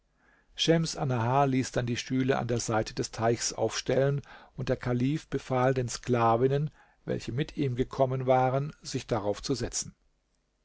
schems annahar ließ dann die stühle an der seite des teichs aufstellen und der kalif befahl den sklavinnen welche mit ihm gekommen waren sich darauf zu setzen